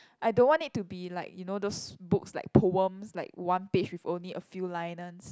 I don't want it to be like you know those books like poems like one page with only a few liners